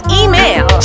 email